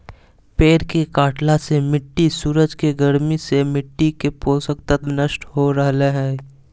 पेड़ के कटला से मिट्टी सूरज के गर्मी से मिट्टी के पोषक तत्व नष्ट हो रहल हई